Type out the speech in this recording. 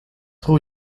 who